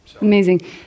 Amazing